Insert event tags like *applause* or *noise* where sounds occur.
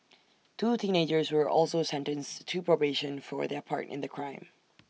two teenagers were also sentenced to probation for their part in the crime *noise*